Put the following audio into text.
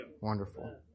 Wonderful